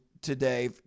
today